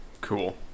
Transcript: Cool